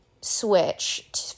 switch